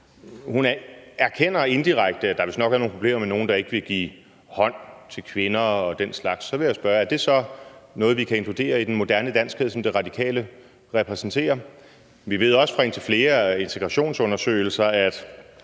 Hun erkender indirekte, at der vistnok er nogle problemer med nogle, der ikke vil give hånd til kvinder, og den slags. Så vil jeg spørge: Er det så noget, vi kan inkludere i den moderne danskhed, som De Radikale repræsenterer? Vi ved også fra indtil flere integrationsundersøgelser, at